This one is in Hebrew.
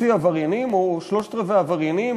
חצי עבריינים או שלושת-רבעי עבריינים,